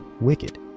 wicked